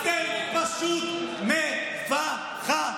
אתם פשוט מ-פ-ח-דים.